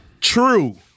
true